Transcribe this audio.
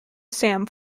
sam